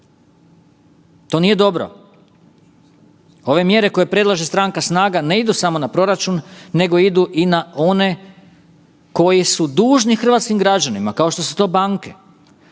to nije dobro. Ove mjere koje predlaže stranka SNAGA-e ne idu samo na proračun nego idu i na one koji su dužni hrvatskim građanima kao što su to banke.